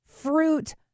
fruit